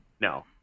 No